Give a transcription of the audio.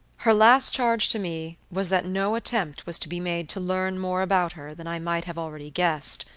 her last charge to me was that no attempt was to be made to learn more about her than i might have already guessed,